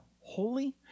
holy